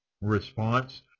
response